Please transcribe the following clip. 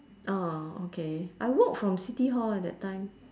orh okay I walk from city hall eh that time